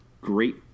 great